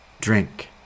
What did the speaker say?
drink